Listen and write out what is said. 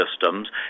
systems